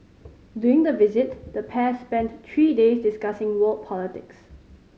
during the visit the pair spent three days discussing world politics